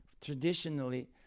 traditionally